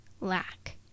lack